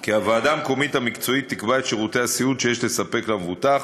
כי "הוועדה המקומית המקצועית תקבע את שירותי הסיעוד שיש לספק למבוטח,